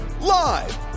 live